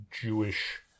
Jewish